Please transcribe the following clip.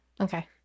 Okay